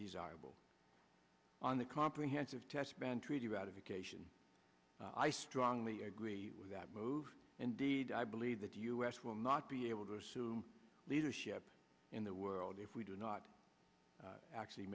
desirable on the comprehensive test ban treaty about a vacation i strongly agree with that move indeed i believe that the us will not be able to assume leadership in the world if we do not actually